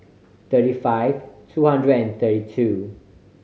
thirty five two hundred and thirty two